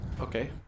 okay